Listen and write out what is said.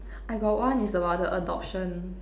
I got one is about the adoption